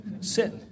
Sit